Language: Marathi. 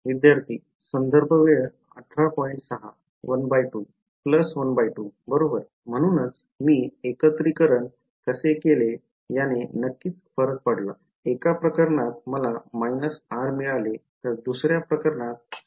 विद्यार्थीः ½बरोबर म्हणूनच मी एकत्रीकरण कसे केले याने नक्कीच फरक पडला एका प्रकरणात मला r मिळाले तर दुसऱ्या प्रकरणात r मिळाले